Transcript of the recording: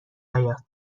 حیاط